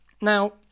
Now